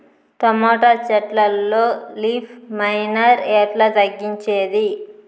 Tomato చెట్లల్లో leaf miner ఎట్లా తగ్గించేది?